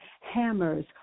hammers